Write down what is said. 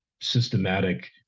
systematic